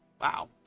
Wow